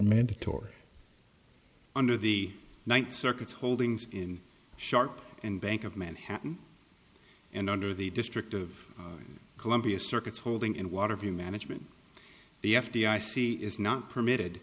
mandatory under the ninth circuit's holdings in sharp and bank of manhattan and under the district of columbia circuits holding in waterview management the f d i c is not permitted